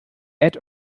add